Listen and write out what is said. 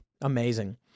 Amazing